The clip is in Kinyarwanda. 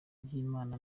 ry’imana